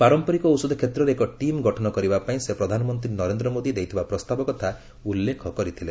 ପାରମ୍ପରିକ ଔଷଧ କ୍ଷେତ୍ରରେ ଏକ ଟିମ୍ ଗଠନ କରିବା ପାଇଁ ସେ ପ୍ରଧାନମନ୍ତ୍ରୀ ନରେନ୍ଦ୍ର ମୋଦି ଦେଇଥିବା ପ୍ରସ୍ତାବ କଥା ଉଲ୍ଲେଖ କରିଥିଲେ